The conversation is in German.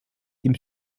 dem